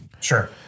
sure